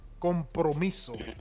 compromiso